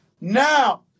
now